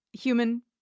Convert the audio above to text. human